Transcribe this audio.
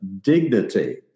Dignity